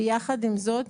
יחד עם זאת,